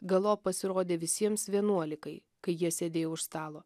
galop pasirodė visiems vienuolikai kai jie sėdėjo už stalo